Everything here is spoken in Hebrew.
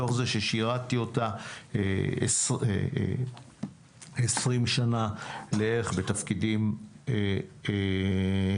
מתוך זה ששירתי אותה 20 שנה לערך בתפקידים שונים.